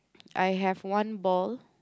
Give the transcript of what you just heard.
I have one ball